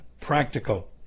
practical